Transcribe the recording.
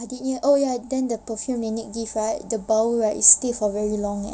oh ya then the perfume nenek give right the bau right stay for very long eh